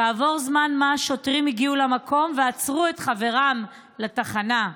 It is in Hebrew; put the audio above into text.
כעבור זמן מה שוטרים הגיעו למקום ועצרו את חברם לתחנה.